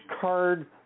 card